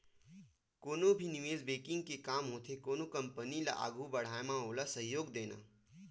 कोनो भी निवेस बेंकिग के काम होथे कोनो कंपनी ल आघू बड़हाय म ओला सहयोग देना